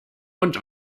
und